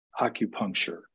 acupuncture